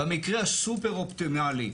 במקרה הסופר אופטימלי,